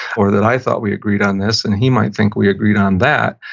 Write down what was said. or that i thought we agreed on this, and he might think we agreed on that,